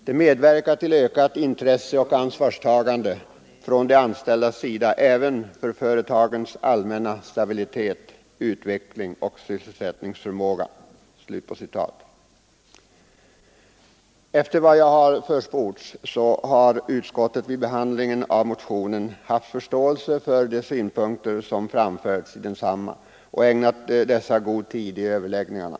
Det medverkar till ökat intresse och ansvarstagande från de anställdas sida även för företagens allmänna stabilitet, utveckling och sysselsättningsförmåga.” Efter vad jag försport har utskottet vid behandlingen av motionen haft förståelse för de synpunkter som framförts i densamma och ägnat dem god tid i överläggningarna.